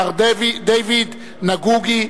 מר דייוויד נגוגי,